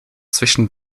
zwischen